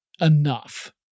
enough